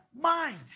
mind